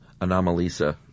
Anomalisa